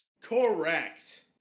Correct